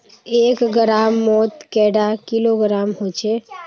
एक ग्राम मौत कैडा किलोग्राम होचे?